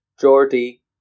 Geordie